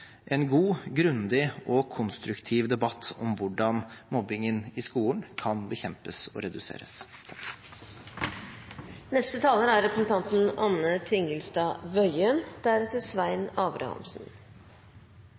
en god, grundig og konstruktiv debatt om hvordan mobbingen i skolen kan bekjempes og reduseres. Mobbing i skolen er